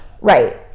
right